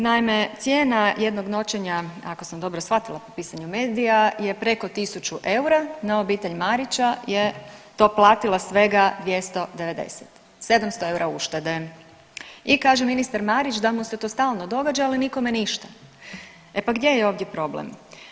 Naime, cijena jednog noćenja, ako sam dobro shvatila po pisanju medija je preko 1000 eura, no obitelj Marića je to platila svega 290, 700 eura uštede i kaže ministar Marić da mu se to stalno događa, ali nikome ništa, e pa gdje je ovdje problem?